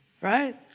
right